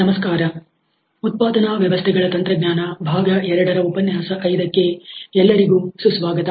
ನಮಸ್ಕಾರ ಉತ್ಪಾದನಾ ವ್ಯವಸ್ಥೆಗಳ ತಂತ್ರಜ್ಞಾನ ಭಾಗ ಎರಡರ ಉಪನ್ಯಾಸ ಐದಕ್ಕೆ ಎಲ್ಲರಿಗೂ ಸುಸ್ವಾಗತ